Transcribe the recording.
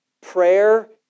Prayer